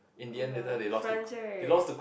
oh well then France right